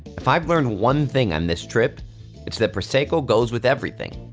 if i've learned one thing on this trip it's that prosecco goes with everything.